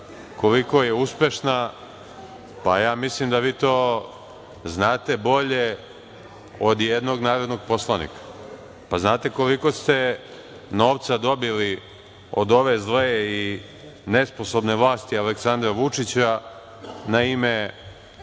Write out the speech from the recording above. koliko je uspešna, vi to znate bolje od jednog narodnog poslanika, pa znate koliko se novca dobili od ove zle i nesposobne vlasti Aleksandra Vučića, na ime